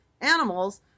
animals